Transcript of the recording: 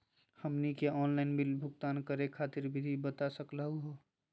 हमनी के online bill भुगतान करे खातीर विधि बता सकलघ हो?